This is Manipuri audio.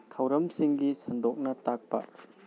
ꯊꯧꯔꯝꯁꯤꯡꯒꯤ ꯁꯟꯗꯣꯛꯅ ꯇꯥꯛꯄ